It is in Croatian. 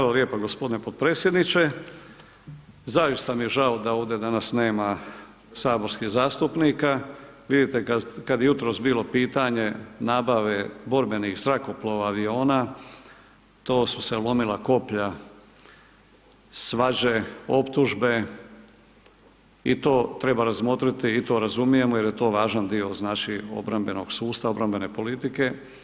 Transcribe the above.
Hvala lijepa gospodine podpredsjedniče, zaista mi je žao da ovdje danas nema saborskih zastupnika, vidite kad je jutros bilo pitanja nabavke borbenih zrakoplova, aviona to su se lomila koplja, svađe, optužbe i to treba razmotriti i to razumijemo jer je to važan dio znači obrambenog sustava, obrambene politike.